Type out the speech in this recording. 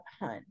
Hunt